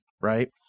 right